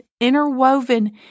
interwoven